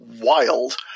wild